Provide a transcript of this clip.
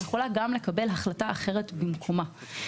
ויכולה גם לקבל החלטה אחרת במקומה.